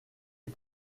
est